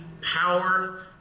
power